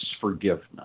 forgiveness